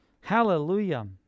hallelujah